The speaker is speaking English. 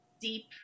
deep